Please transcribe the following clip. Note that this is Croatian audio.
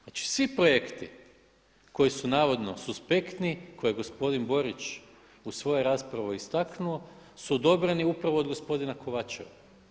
Znači svi projekti koji su navodno suspektni, koje je gospodin Borić u svojoj raspravi istaknuo su odobreni upravo od gospodina Kovačeva.